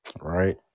Right